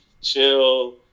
chill